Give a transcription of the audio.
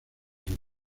hill